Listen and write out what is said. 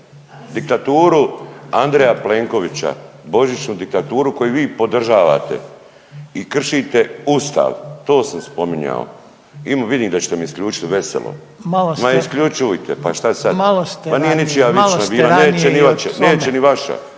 diktaturu Andreja Plenkovića, božićnu diktaturu koju vi podržavate i kršite Ustav, to sam spominjao. Vidim da ćete mi isključiti veselo, ma isključujte pa šta sad, …/Govornici govore u isto